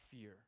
fear